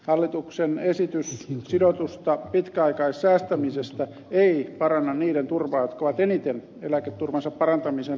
hallituksen esitys sidotusta pitkäaikaissäästämisestä ei paranna niiden turvaa jotka ovat eniten eläketurvansa parantamisen tarpeessa